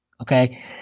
okay